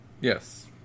Yes